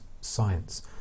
science